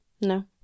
No